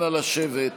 נא לשבת.